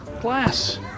glass